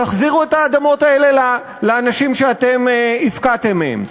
תחזירו את האדמות האלה לאנשים שאתם הפקעתם מהם.